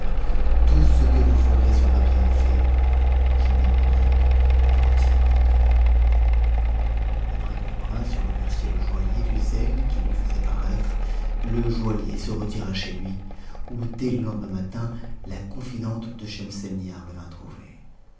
tout ce que vous ferez sera bien fait je m'abandonne entièrement à vous après que le prince eut remercié le joaillier du zèle qu'il lui faisait paraitre le joaillier se retira chez lui où dès le lendemain matin la confidente de schemselnihar le